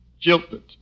Jilted